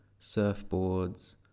surfboards